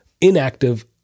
inactive